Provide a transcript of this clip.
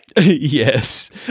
Yes